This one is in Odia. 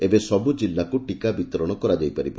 ଏବେ ସବୁ ଜିଲ୍ଲାକୁ ଟିକା ବିତରଶ କରାଯାଇପାରିବ